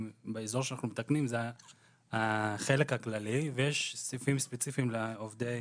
זה החלק הכללי ויש סעיפים ספציפיים לעובדי